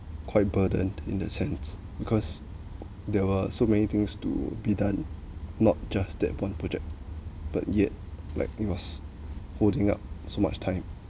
quite burdened in the sense because there were so many things to be done not just that one project but yet like it was holding up so much time